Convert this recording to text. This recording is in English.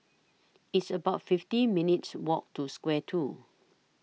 It's about fifty minutes' Walk to Square two